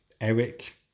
Eric